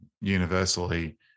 universally